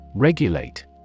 Regulate